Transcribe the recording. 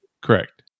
correct